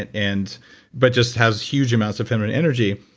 and and but just has huge amounts of feminine energy.